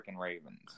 Ravens